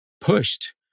pushed